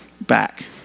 back